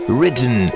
written